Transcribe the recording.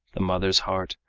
the mother's heart,